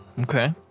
Okay